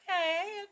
okay